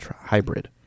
hybrid